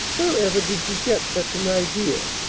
where ever did you get such an idea?